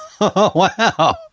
Wow